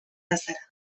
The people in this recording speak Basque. bazara